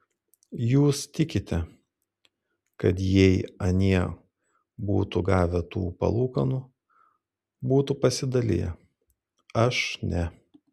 jūs tikite kad jei anie būtų gavę tų palūkanų būtų pasidaliję aš ne